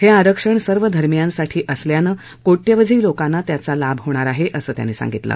हे आरक्षण सर्व धर्मीयांसाठी असल्यानं को िवधी लोकांना त्याचा लाभ होणार आहे असं त्यांनी सांगितलं